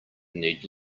need